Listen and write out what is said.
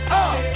up